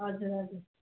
हजुर हजुर